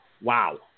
Wow